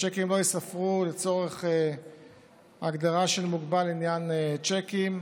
שהצ'קים לא ייספרו לצורך הגדרה של מוגבל לעניין צ'קים.